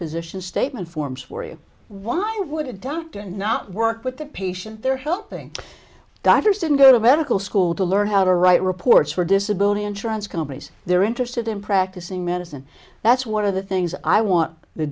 physician statement forms for you why would a doctor not work with the patient they're helping doctors didn't go to medical school to learn how to write reports for disability insurance companies they're interested in practicing medicine that's one of the things i want the